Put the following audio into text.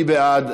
מי בעד?